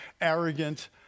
arrogant